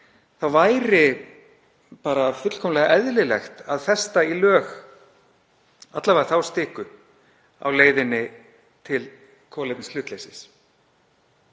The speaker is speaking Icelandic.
skýr væri fullkomlega eðlilegt að festa í lög alla vega þá stiku á leiðinni til kolefnishlutleysis.